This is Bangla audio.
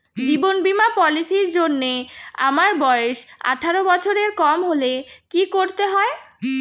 জীবন বীমা পলিসি র জন্যে আমার বয়স আঠারো বছরের কম হলে কি করতে হয়?